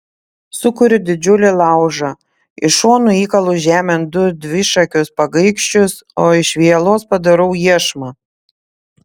sukuriu didžiulį laužą iš šonų įkalu žemėn du dvišakus pagaikščius o iš vielos padarau iešmą